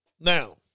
Now